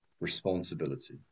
responsibility